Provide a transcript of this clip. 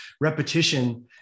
Repetition